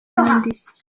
n’indishyi